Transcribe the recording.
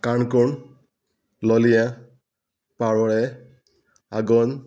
काणकोण लोलयां पाळवोळे आगोंद